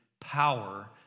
power